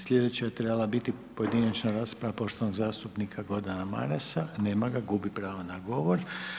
Slijedeća je trebala biti pojedinačna rasprava poštovanog zastupnika Gordana Marasa, nema ga, gubi pravo na govor.